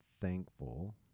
thankful